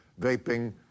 vaping